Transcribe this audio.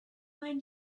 nine